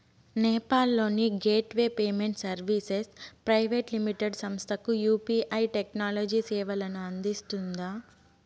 నేపాల్ లోని gateway payment services private limited సంస్థకు UPI technology సేవలను అందిస్తుందా?